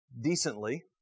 decently